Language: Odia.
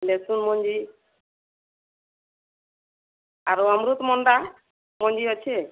ଲେସୁନ୍ ମଞ୍ଜି ଆରୁ ଅମୃତଭଣ୍ଡା ମଞ୍ଜି ଅଛେ